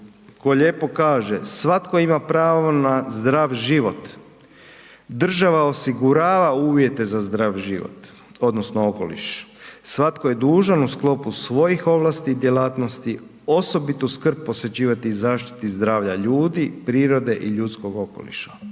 koji lijepo kaže svatko ima pravo na zdrav život. Država osigurava uvjete za zdrav život, odnosno okoliš, svatko je dužan u sklopu svojih ovlasti i djelatnosti osobitu skrb posvećivati zaštiti zdravlja ljudi, prirode i ljudskog okoliša.